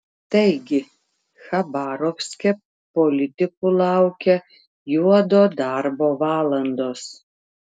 taigi chabarovske politikų laukia juodo darbo valandos